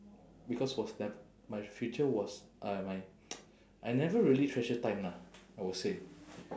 because was the my future was uh my I never really treasure time lah I would say